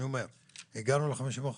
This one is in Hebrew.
אני אומר הגענו ל-50%,